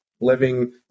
living